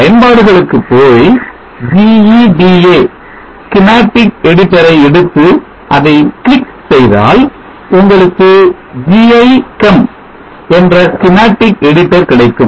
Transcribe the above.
பயன்பாடுகளுக்கு போய் GEDA schematic editor ஐ எடுத்து அதை கிளிக் செய்தால் உங்களுக்கு gichem என்ற schematic editor கிடைக்கும்